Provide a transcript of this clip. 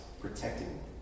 protecting